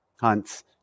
hunts